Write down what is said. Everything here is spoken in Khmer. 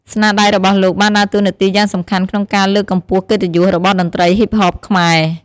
ស្នាដៃរបស់លោកបានដើរតួនាទីយ៉ាងសំខាន់ក្នុងការលើកកម្ពស់កិត្តិយសរបស់តន្ត្រីហ៊ីបហបខ្មែរ។